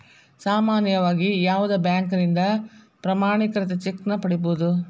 ಸಾಮಾನ್ಯವಾಗಿ ಯಾವುದ ಬ್ಯಾಂಕಿನಿಂದ ಪ್ರಮಾಣೇಕೃತ ಚೆಕ್ ನ ಪಡಿಬಹುದು